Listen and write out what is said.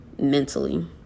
mentally